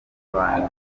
banki